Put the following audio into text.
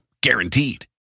guaranteed